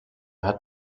hat